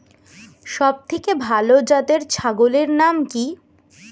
সবথেকে ভালো জাতের ছাগলের নাম কি?